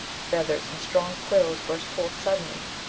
feathers and strong quills burst forth suddenly,